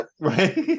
right